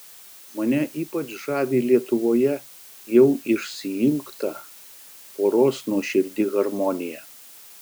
mane ypač žavi lietuvoje jau išsiilgta poros nuoširdi harmonija